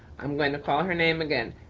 i'm going to call her name again.